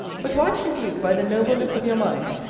but why should you, by the nobleness of your mind,